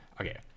Okay